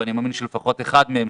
ואני מאמין שלפחות אחד מהם,